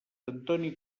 antoni